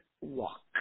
walk